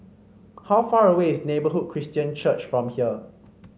how far away is Neighbourhood Christian Church from here